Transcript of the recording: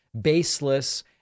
baseless